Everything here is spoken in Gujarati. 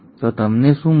તો તમને શું મળે છે